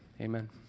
amen